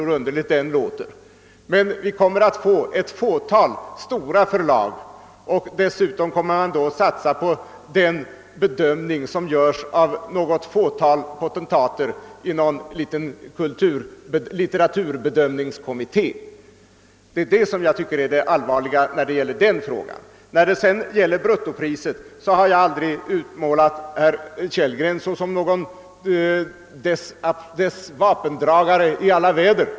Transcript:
Men vi kommer i framtiden att få ett fåtal stora förlag med sina egna synpunkter på bokutgivning, och därutöver skall då staten stödja böcker enligt en bedömning som görs av något fåtal potentater i någon litteraturbedömningskommitté. Det tycker jag är det allvarliga i den frågan. Vad gäller bruttopriset så har jag aldrig utmålat herr Kellgren som dess vapendragare i alla väder.